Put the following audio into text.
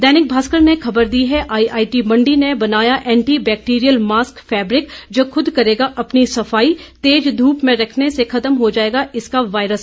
दैनिक भास्कर ने खबर दी है आईआईटी मंडी ने बनाया एंटी बैक्टीरियल मास्क फैब्रिक जो खुद करेगा अपनी सफाई तेज धूप में रखने से खत्म हो जाएंग इसके वायरस